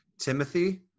Timothy